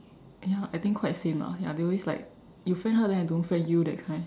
ya I think quite same lah ya they always like you friend her then I don't friend you that kind